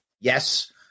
Yes